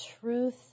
truth